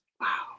Wow